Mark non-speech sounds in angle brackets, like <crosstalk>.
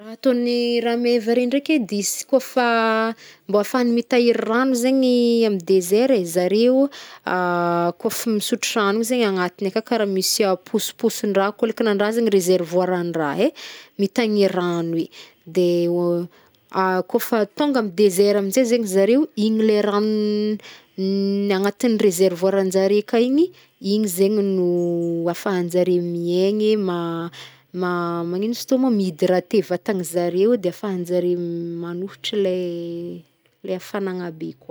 Rah atôn'ny rameva re ndraiky, de izy kôfa- mbô hfany mitahir rano zegny am dezèr e, zareo <hesitation> kôf msotro rano zey agnaty aka karah mis aposiposin-draha koa leky nandraha zegny rezervoaran-draha e, mitaigny rano i. <hesitation> Akô fa tônga am dezèra am zegny njeigny zareo, igny le rano <hesitation> agnatin'ny rezervoaranjare aka igny, igny zegny no ahafahanjare miaigny ma- ma- manigno izt teo mo? Mihydrate vatanjareo de ahafanjare manohitra ley- ley hafagnagna be koa.